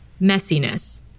messiness